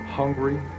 hungry